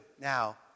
Now